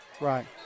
Right